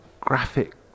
graphic